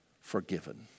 forgiven